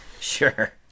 sure